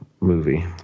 movie